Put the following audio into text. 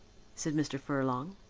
said mr. furlong,